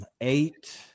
eight